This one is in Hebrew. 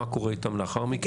מה קורה איתן לאחר מכן.